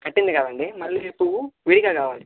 కట్టింది కాదండి మల్లెపువ్వు విడిగా కావాలి